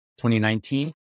2019